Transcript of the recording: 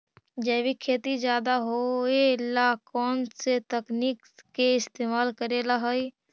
जैविक खेती ज्यादा होये ला कौन से तकनीक के इस्तेमाल करेला हई?